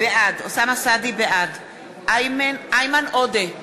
בעד איימן עודה,